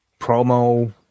promo